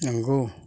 नोंगौ